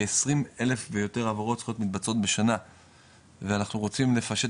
כ-20 אלף ויותר העברות זכויות מתבצעות בשנה ואנחנו רוצים לפשט